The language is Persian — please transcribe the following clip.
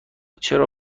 چرا